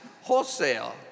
wholesale